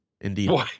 indeed